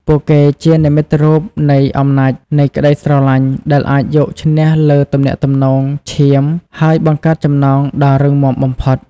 ពួកគេជានិមិត្តរូបនៃអំណាចនៃក្ដីស្រឡាញ់ ដែលអាចយកឈ្នះលើទំនាក់ទំនងឈាម ហើយបង្កើតចំណងដ៏រឹងមាំបំផុត។